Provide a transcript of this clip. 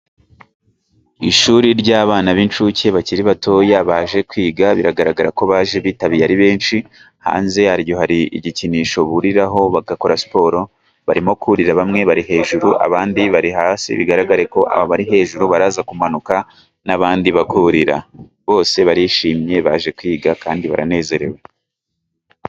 Ishuri ry'abana b'incuke bakiri batoya baje kwiga biragaragarako baje bitabiriye ari benshi, hanze yaryo hari igikinisho buriraho bagakora siporo barimo kurira bamwe bari hejuru, abandi bari hasi bigaragareko aba bari hejuru baraza kumanuka ,n'abandi bakurira bose barishimye baje kwiga kandi baranezerewe.